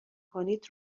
کنید